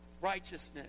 righteousness